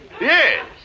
Yes